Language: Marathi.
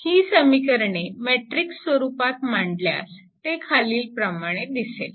ही समीकरणे मॅट्रिक्स स्वरूपात मांडल्यास ते खालील प्रमाणे दिसेल